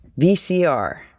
VCR